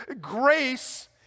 Grace